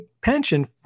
pension